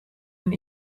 een